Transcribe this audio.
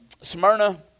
Smyrna